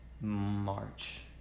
March